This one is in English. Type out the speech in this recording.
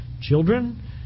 children